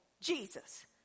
Jesus